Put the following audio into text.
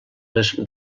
les